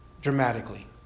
dramatically